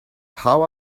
how